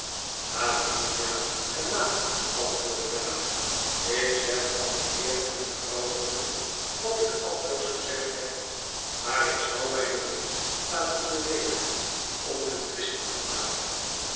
bofbüs bella lavinia en ma antwoordde bella ik zeg van den heer en mevrouw boffin wat ik altoos gezegd heb maar ik zal mij door niets laten bewegen om te twisten